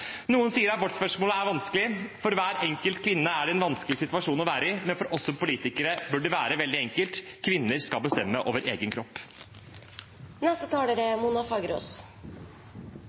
Noen sier abortspørsmålet er vanskelig. For hver enkelt kvinne er det en vanskelig situasjon å være i, men for oss som politikere bør det være veldig enkelt: Kvinner skal bestemme over egen